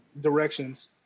directions